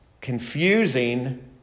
confusing